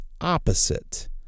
opposite